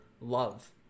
love